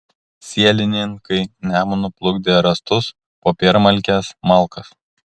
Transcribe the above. sielininkai nemunu plukdė rąstus popiermalkes malkas